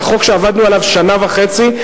זה חוק שעבדנו עליו שנה וחצי.